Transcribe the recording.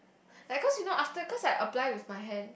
like cause you know after cause I apply with my hand